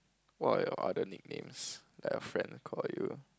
what are your other nicknames like your friend call you